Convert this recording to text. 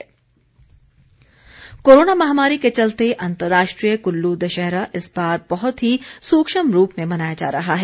Dussehra corona महामारी के चलते अंतर्राष्ट्रीय कुल्लू दशहरा इस बार बहुत ही सूक्ष्म रूप में मनाया जा रहा है